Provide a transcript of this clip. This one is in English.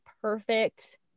perfect